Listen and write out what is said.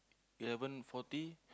eleven forty